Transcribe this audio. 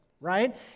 right